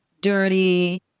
dirty